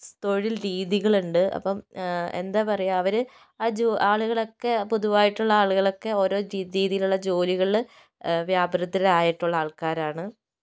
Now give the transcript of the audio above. തൊഴിൽ രീതികൾ ഉണ്ട് അപ്പം എന്താ പറയുക അവര് ജോലി ആ ആളുകളൊക്കെ പൊതുവായിട്ടുള്ള ആളുകളൊക്കെ ഓരോ രീതിയിലുള്ള ജോലികളിൽ വ്യാപൃതരായിട്ടുള്ള ആൾക്കാരാണ്